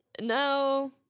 No